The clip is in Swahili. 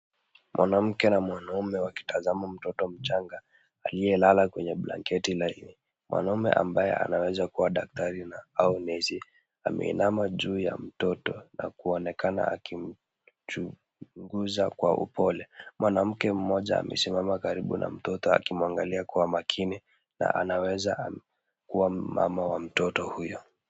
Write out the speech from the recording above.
Mwanamke na mwanamume wakitazama mtoto mchanga aliyelala kwenye blanketi laini. Mwanamume ambaye anaweza kuwa daktari au nesi ameinama juu ya mtoto na kuonekana akimchunguza kwa upole. Mwanamke mmoja amesimama karibu na mtoto akimwangalia kwa makini na anaweza kuwa mama wa mtoto huyo.